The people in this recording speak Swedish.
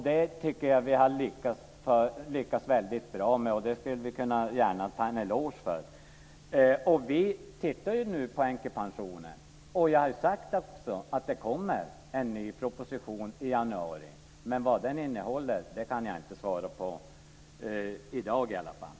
Det tycker jag att vi har lyckats väldigt bra med, och det skulle vi gärna kunna ha en eloge för. Vi tittar nu på änkepensionen, och jag har ju också sagt att det kommer en ny proposition i januari. Men vad den innehåller kan jag inte svara på, inte i dag i alla fall.